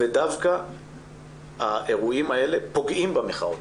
ודווקא האירועים האלה פוגעים במחאות